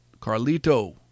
Carlito